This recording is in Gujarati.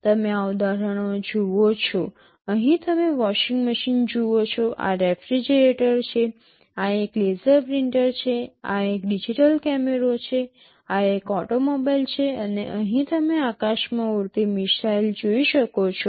તમે આ ઉદાહરણો જુઓ છો અહીં તમે વોશિંગ મશીન જુઓ છો આ રેફ્રિજરેટર છે આ એક લેસર પ્રિન્ટર છે આ એક ડિજિટલ કેમેરો છે આ એક ઓટોમોબાઈલ છે અને અહીં તમે આકાશમાં ઉડતી મિસાઇલ જોઈ શકો છો